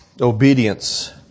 Obedience